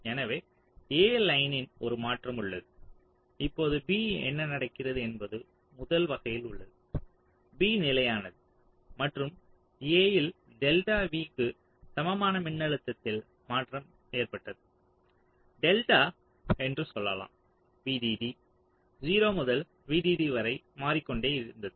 எனவே A லைனில் ஒரு மாற்றம் உள்ளது இப்போது B என்ன நடக்கிறது என்பது முதல் வகையில் உள்ளது B நிலையானது மற்றும் A இல் டெல்டா V க்கு சமமான மின்னழுத்தத்தில் மாற்றம் ஏற்பட்டது டெல்டா என்று சொல்லலாம் VDD 0 முதல் VDD வரை மாறிக்கொண்டே இருந்தது